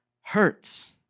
hurts